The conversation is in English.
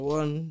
one